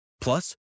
Plus